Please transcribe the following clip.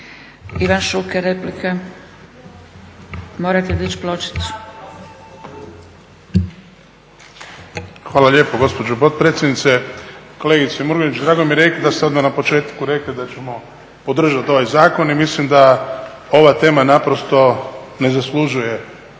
Ivan Šuker, replika. **Šuker, Ivan (HDZ)** Hvala lijepo gospođo potpredsjednice. Kolegice Murganić drago mi je da ste odmah na početku reli da ćemo podržati ovaj zakon i mislim da ova tema naprosto ne zaslužuje